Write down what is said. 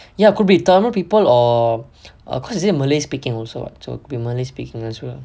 ya it could be tamil people or because they say malay speaking also [what] so could be malay speaking as well